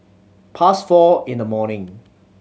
past four in the morning